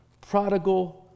prodigal